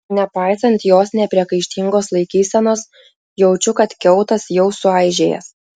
nepaisant jos nepriekaištingos laikysenos jaučiu kad kiautas jau suaižėjęs